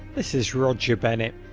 this is roger bennett.